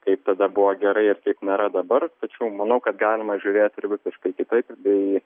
kaip tada buvo gerai ir kaip nėra dabar tačiau manau kad galima žiūrėt ir visiškai kitaip bei